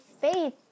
faith